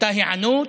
הייתה היענות,